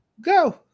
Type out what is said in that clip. go